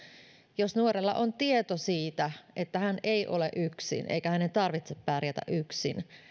jos nuorella on tieto siitä että hän ei ole yksin eikä hänen tarvitse pärjätä yksin ja